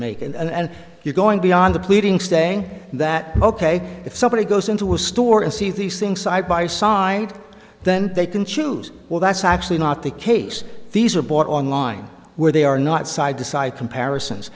make and you're going beyond the pleading saying that ok if somebody goes into a store and see these things side by side then they can choose well that's actually not the case these are bought online where they are not side to side comparisons